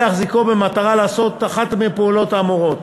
או להחזיקו במטרה לעשות אחת מהפעולות האמורות.